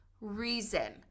reason